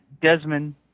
Desmond